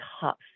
tough